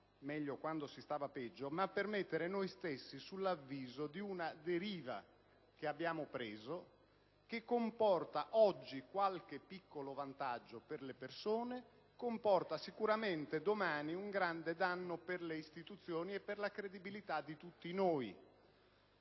meglio quando si stava peggio», ma per mettere noi stessi sull'avviso di una deriva che abbiamo preso, che comporta oggi qualche piccolo vantaggio per le persone, ma comporterà sicuramente domani un grande danno per le istituzioni e per la credibilità di tutti noi.